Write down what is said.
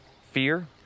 fear